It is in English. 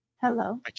Hello